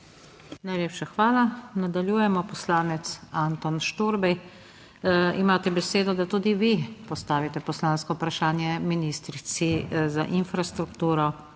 Najlepša hvala. Nadaljujemo. Poslanec Anton Šturbej, imate besedo, da tudi vi postavite poslansko vprašanje ministrici za infrastrukturo